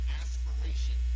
aspiration